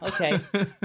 okay